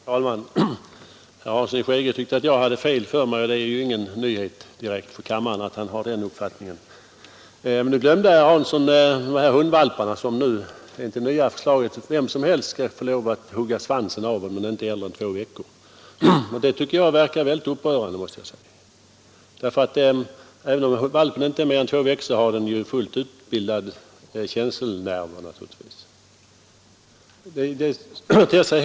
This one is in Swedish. Herr talman! Herr Hansson i Skegrie tyckte jag hade fel, och det är ju ingen nyhet för kammaren att han har den uppfattningen. Herr Hansson glömde nämna hundvalparna som vem som helst skall få lov att hugga svansen av om de inte är över två veckor gamla. Det tycker jag är mycket upprörande och motbjudande. Även om valpen är bara två veckor har den naturligtvis fullt utbildade känselnerver.